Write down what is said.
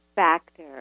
factor